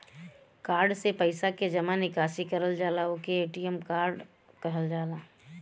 card से पइसा के जमा निकासी करल जाला ओके ए.टी.एम कार्ड कहल जाला